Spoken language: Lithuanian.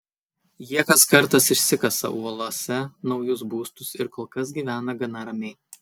jie kas kartas išsikasa uolose naujus būstus ir kol kas gyvena gana ramiai